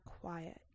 quiet